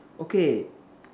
okay